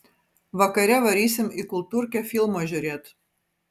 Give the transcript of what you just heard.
vakare varysim į kultūrkę filmo žiūrėt